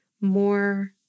more